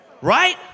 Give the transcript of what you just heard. Right